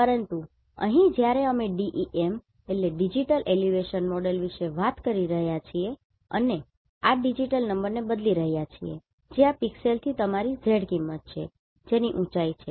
પરંતુ અહીં જ્યારે અમે DEM ડિજિટલ એલિવેશન મોડેલ વિશે વાત કરી રહ્યા છીએ અમે આ ડિજિટલ નંબરને બદલી રહ્યા છીએ જે આ પિક્સેલથી તમારી Z કિંમત છે જેની ઊંચાઇ છે